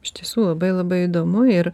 iš tiesų labai labai įdomu ir